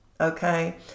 okay